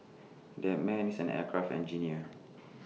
that man is an aircraft engineer